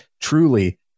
truly